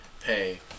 pay